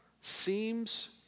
seems